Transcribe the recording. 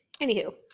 Anywho